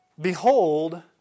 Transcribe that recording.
Behold